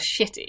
shitty